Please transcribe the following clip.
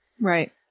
Right